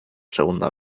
segunda